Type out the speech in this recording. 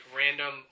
random